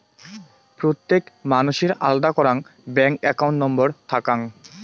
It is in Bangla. প্রত্যেক মানসির আলাদা করাং ব্যাঙ্ক একাউন্ট নম্বর থাকাং